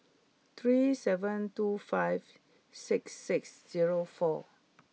three seven two five six six zero four